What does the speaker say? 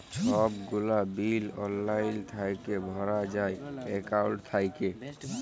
ছব গুলা বিল অললাইল থ্যাইকে ভরা যায় একাউল্ট থ্যাইকে